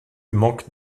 manque